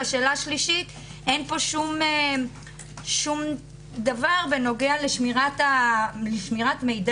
ושלוש, אין פה שום דבר בעניין שמירת מידע.